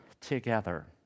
together